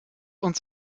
uns